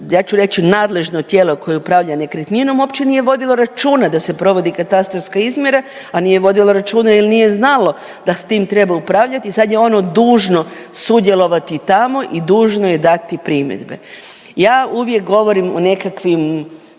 ja ću reći nadležno tijelo koje upravlja nekretninom uopće nije vodilo računa da se provodi katastarska izmjera, a nije vodilo računa jer nije znalo da s tim treba upravljati. I sad je ono dužno sudjelovati tamo i dužno je dati primjedbe. Ja uvijek govorim o nekakvim